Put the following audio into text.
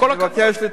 ואני מבקש להתנגד.